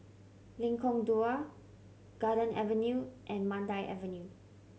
Lengkong Dua Garden Avenue and Mandai Avenue